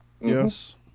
Yes